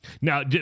Now